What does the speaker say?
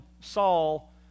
Saul